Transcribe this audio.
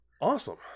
Awesome